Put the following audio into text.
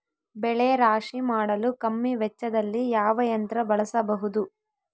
ಬೆಳೆ ರಾಶಿ ಮಾಡಲು ಕಮ್ಮಿ ವೆಚ್ಚದಲ್ಲಿ ಯಾವ ಯಂತ್ರ ಬಳಸಬಹುದು?